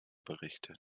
bericht